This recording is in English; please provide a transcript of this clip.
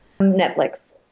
Netflix